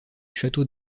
château